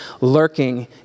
lurking